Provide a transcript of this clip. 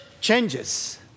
changes